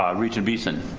um regent beeson.